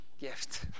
gift